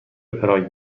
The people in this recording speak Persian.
پراگ